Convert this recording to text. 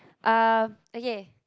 um okay